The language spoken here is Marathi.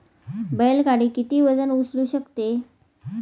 बैल गाडी किती वजन उचलू शकते?